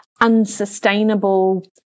unsustainable